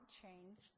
change